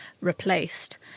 replaced